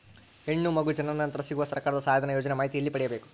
ಹೆಣ್ಣು ಮಗು ಜನನ ನಂತರ ಸಿಗುವ ಸರ್ಕಾರದ ಸಹಾಯಧನ ಯೋಜನೆ ಮಾಹಿತಿ ಎಲ್ಲಿ ಪಡೆಯಬೇಕು?